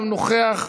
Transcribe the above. למה לא נוכח?